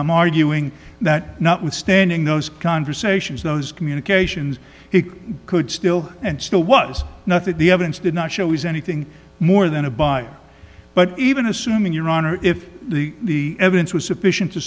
i'm arguing that notwithstanding those conversations those communications he could still and still was not at the evidence did not show is anything more than a buy but even assuming your honor if the evidence was sufficient to